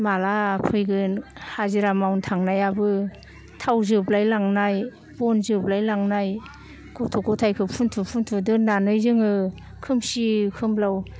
माला फैगोन हाजिरा मावनो थांनायाबो थाव जोबलाय लांनाय बन जोबलाय लांनाय गथ' गथायखौ फुन्थु फुन्थ दोननानै जोङो खोमसि खोमलाव